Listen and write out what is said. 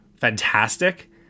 fantastic